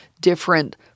different